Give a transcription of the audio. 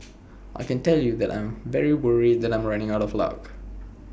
I can tell you that I'm very worried that I'm running out of luck